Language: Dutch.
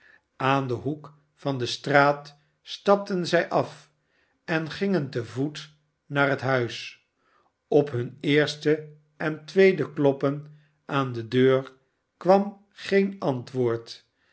aan denhoek van de straat stapten zij af en gingen te voet naar het huis op hun eerste en tweede kloppen aan de deur kwam e en antwoord